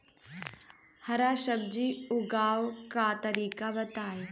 हरा सब्जी उगाव का तरीका बताई?